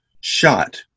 shot